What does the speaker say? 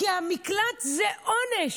כי המקלט זה עונש.